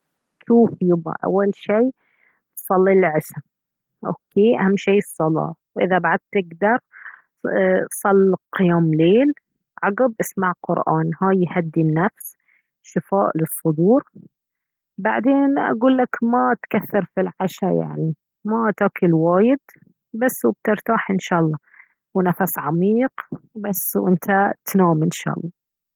شوف يبا اول شي صلي العشاء اوكي اهم شي الصلاة واذا بعد تقدرايه صل قيام ليل عقب اسمع قرآن هاي يهدي النفس شفاء للصدور بعدين اقولك ما تكثر في العشاء يعني ما تاكل وايد بس وبترتاح ان شاء الله ونفس عميق بس وانت تنام ان شاء الله